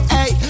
Hey